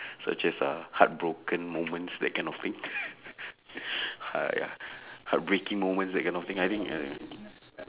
such as a heartbroken moments that kind of thing hear~ ya heartbreaking moments that kind of thing I think uh